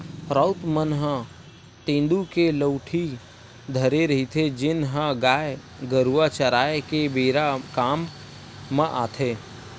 राउत मन ह तेंदू के लउठी धरे रहिथे, जेन ह गाय गरुवा चराए के बेरा काम म आथे